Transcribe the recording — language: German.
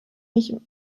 mich